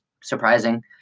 surprising